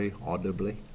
audibly